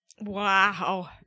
Wow